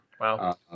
Wow